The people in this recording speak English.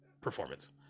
performance